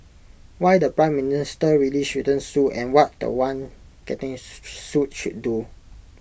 why the Prime Minister really shouldn't sue and what The One getting sued should do